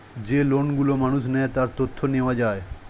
যেই লোন গুলো মানুষ নেয়, তার তথ্য নেওয়া যায়